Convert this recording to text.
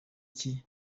iki